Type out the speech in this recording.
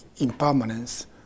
impermanence